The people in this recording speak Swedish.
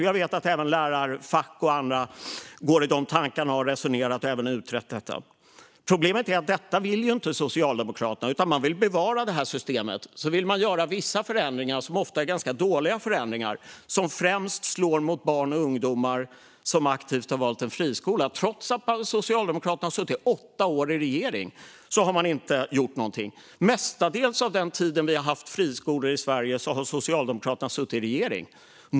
Jag vet att även lärarfack och andra går i samma tankar, att de har resonerat om och även utrett detta. Problemet är att Socialdemokraterna inte vill detta, utan man vill bevara det här systemet. Sedan vill man göra vissa förändringar, som ofta är ganska dåliga förändringar och främst slår mot barn och ungdomar som aktivt har valt en friskola. Trots att Socialdemokraterna har suttit åtta år i regering har de inte gjort någonting. Största delen av den tid som vi har haft friskolor i Sverige har Socialdemokraterna suttit i regering.